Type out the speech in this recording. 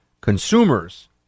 consumers